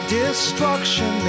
destruction